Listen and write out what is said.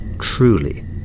truly